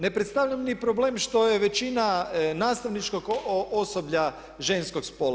Ne predstavlja ni problem što je većina nastavničkog osoblja ženskog spola.